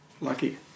Lucky